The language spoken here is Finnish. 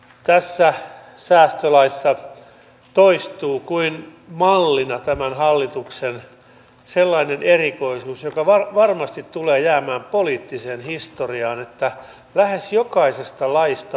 tässä säästölaissa toistuu kuin mallina tämän hallituksen sellainen erikoisuus joka varmasti tulee jäämään poliittiseen historiaan että lähes jokaisesta laista puuttuu vaikutustenarvioinnit